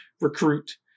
recruit